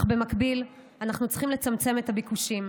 אך במקביל אנחנו צריכים לצמצם את הביקושים,